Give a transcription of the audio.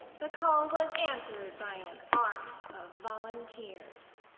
the call was answered by an army of volunteers.